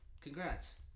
Congrats